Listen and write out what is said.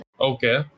Okay